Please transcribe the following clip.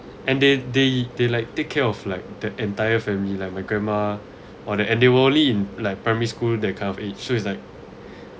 and they they they like take care of like the entire family like my grandma and they were only in like primary school that kind of age so it's like